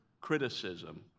criticism